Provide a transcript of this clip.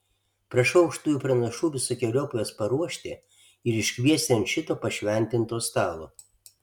prašau aukštųjų pranašų visokeriopai juos paruošti ir iškviesti ant šito pašventinto stalo